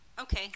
Okay